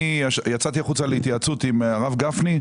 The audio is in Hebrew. אני יצאתי החוצה להתייעצות עם הרב גפני.